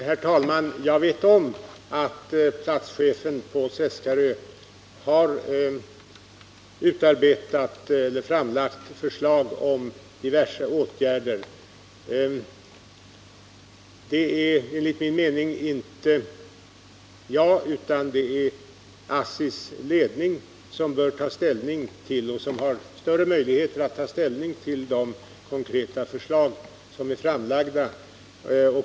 Herr talman! Jag vet att platschefen på Seskarö har lagt fram förslag om diverse åtgärder. Enligt min mening är det ASSI:s ledning som bör ta ställning till de framlagda förslagen, och ASSI har också bättre möjligheter att göra detta än jag.